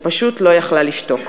שפשוט לא יכלה לשתוק.